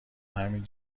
همچین